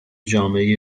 جامعه